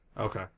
Okay